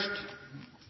i